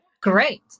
great